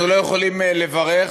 אנחנו לא יכולים לברך,